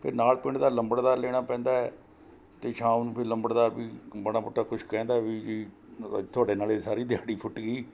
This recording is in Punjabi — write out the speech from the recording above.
ਫਿਰ ਨਾਲ਼ ਪਿੰਡ ਦਾ ਲੰਬੜਦਾਰ ਲੈਣਾ ਪੈਂਦਾ ਅਤੇ ਸ਼ਾਮ ਨੂੰ ਫਿਰ ਲੰਬੜਦਾਰ ਵੀ ਮਾੜਾ ਮੋਟਾ ਕੁਛ ਕਹਿੰਦਾ ਵੀ ਜੀ ਅੱਜ ਤੁਹਾਡੇ ਨਾਲ਼ ਇਹ ਸਾਰੀ ਦਿਹਾੜੀ ਫੁੱਟ ਗਈ